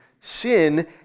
sin